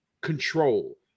control